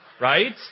Right